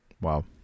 Wow